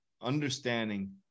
understanding